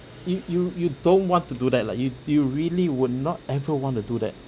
you you you don't want to do that like you you really would not ever want to do that